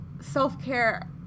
self-care